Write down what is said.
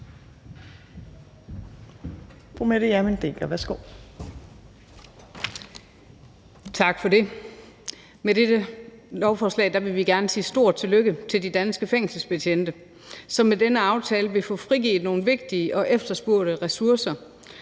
Med dette lovforslag vil vi gerne sige et stort tillykke til de danske fængselsbetjente, som med denne aftale vil få frigivet nogle vigtige og efterspurgte ressourcer,